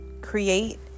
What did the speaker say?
create